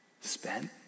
spent